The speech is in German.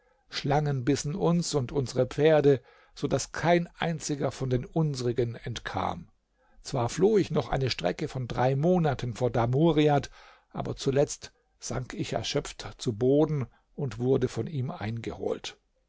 schlangen bissen uns und unsere pferde so daß kein einziger von den unsrigen entkam zwar floh ich noch eine strecke von drei monaten vor damuriat aber zuletzt sank ich erschöpft zu boden und wurde von ihm eingeholt